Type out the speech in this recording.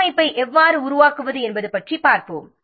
கட்டமைப்பை எவ்வாறு உருவாக்குவது என்பது பற்றி பார்ப்போம்